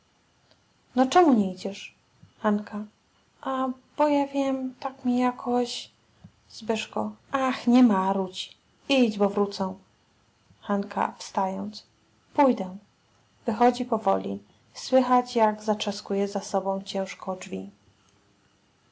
czemu nie idziesz a bo ja wiem tak mi jakoś ach nie marudź idź bo wrócą pójdę wychodzi powoli słychać jak zatrzaskuje za sobą ciężko drzwi